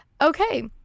okay